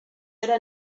era